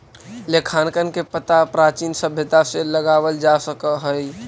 लेखांकन के पता प्राचीन सभ्यता से लगावल जा सकऽ हई